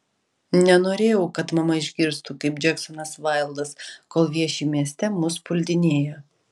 nenorėjau kad mama išgirstų kaip džeksonas vaildas kol vieši mieste mus puldinėja